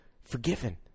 forgiven